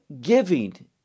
giving